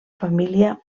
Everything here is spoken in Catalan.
família